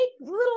little